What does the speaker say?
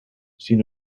sin